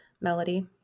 melody